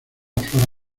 flora